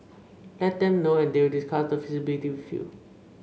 let them know and they will discuss the feasibility with you